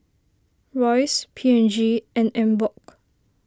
Royce P and G and Emborg